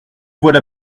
voilà